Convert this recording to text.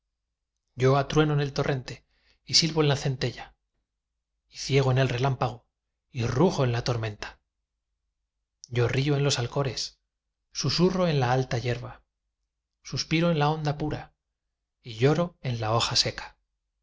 yo atrueno en el torrente y silbo en la centella y ciego en el relámpago y rujo en la tormenta yo río en los alcores susurro en la alta yerba suspiro en la onda pura y lloro en la hoja seca